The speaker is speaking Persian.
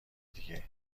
دیگه